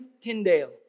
Tyndale